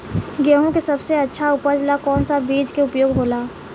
गेहूँ के सबसे अच्छा उपज ला कौन सा बिज के उपयोग होला?